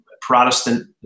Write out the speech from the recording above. Protestant